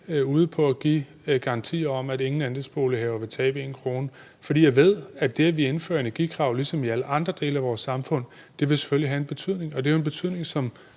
ude på at give garantier om, at ingen andelsbolighaver vil tabe en krone, for jeg ved, at det, at vi indfører energikrav ligesom i alle andre dele af vores samfund, selvfølgelig vil have en betydning. Det er jo en betydning, som